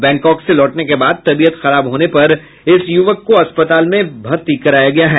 Bangkok से लौटने के बाद तबियत खराब होने पर इस युवक को अस्पताल में भर्ती कराया गया है